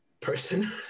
person